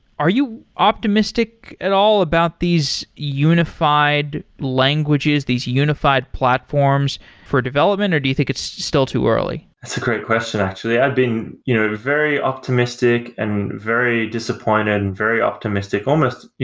are you optimistic at all about these unified languages, these unified platforms for development, or do you think it's still too early? that's a great question actually. i've been you know very optimistic and very disappointed and very optimistic, almost